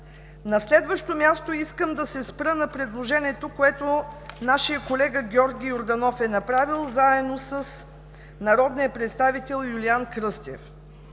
На следващо място, искам да се спра на предложението, което нашият колега Георги Йорданов е направил с народния представител Юлиан Кръстев.